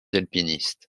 alpinistes